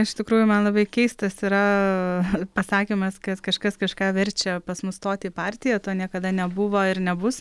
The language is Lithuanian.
iš tikrųjų man labai keistas yra pasakymas kad kažkas kažką verčia pas mus stot į partiją to niekada nebuvo ir nebus